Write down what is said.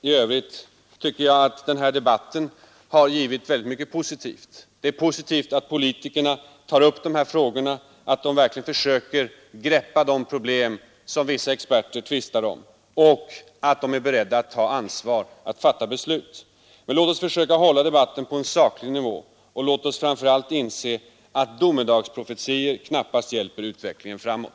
I övrigt tycker jag att den här debatten har givit väldigt mycket positivt. Det är positivt att politikerna tar upp de här frågorna, att de verkligen försöker greppa de problem som vissa experter tvistar om och att de är beredda att ta ansvar och fatta beslut. Men låt oss hålla debatten på en saklig nivå. Och låt oss framför allt inse att domedagsprofetior knappast hjälper utvecklingen framåt.